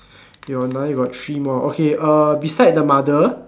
your nine we got three more okay beside the mother